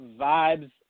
Vibes